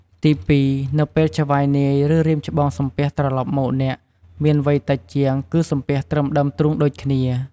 ទីពីរ នៅពេលចៅហ្វាយនាយ ឬ រៀមច្បងសំពះ ត្រឡប់មកអ្នកមានវ័យតិចជាង គឺសំពះត្រឹមទ្រូងដូចគ្នា។